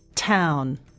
Town